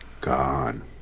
Gone